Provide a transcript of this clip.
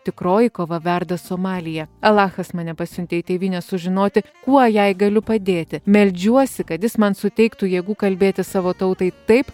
tikroji kova verda somalyje alachas mane pasiuntė į tėvynę sužinoti kuo jai galiu padėti meldžiuosi kad jis man suteiktų jėgų kalbėti savo tautai taip